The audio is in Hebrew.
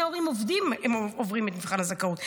ההורים עובדים הם עוברים את מבחן הזכאות.